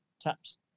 taps